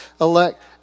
elect